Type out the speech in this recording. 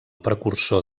precursor